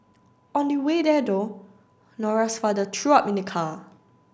on the way there though Nora's father threw up in the car